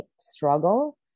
struggle